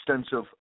extensive